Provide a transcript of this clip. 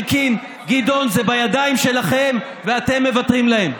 אלקין, גדעון, זה בידיים שלכם, ואתם מוותרים להם.